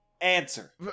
answer